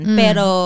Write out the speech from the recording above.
pero